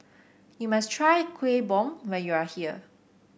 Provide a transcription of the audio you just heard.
you must try Kueh Bom when you are here